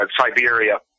Siberia